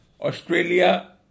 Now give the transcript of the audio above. Australia